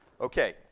Okay